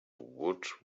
woot